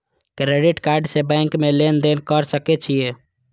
Credit card से bank में लेन देन कर सके छीये?